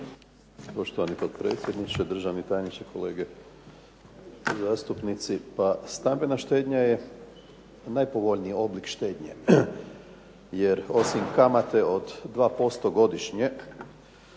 Poštovani potpredsjedniče, državni tajniče, kolege zastupnici. Pa stambena štednja je najpovoljniji oblik štednje, jer osim kamate od 2% godišnje